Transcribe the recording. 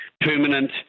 permanent